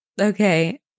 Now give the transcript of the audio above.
Okay